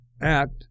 act